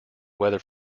weather